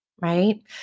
Right